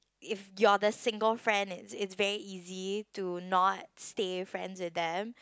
if you're the single friend it's it's very easy to not stay friends with them